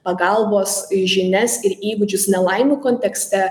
pagalbos žinias ir įgūdžius nelaimių kontekste